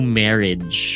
marriage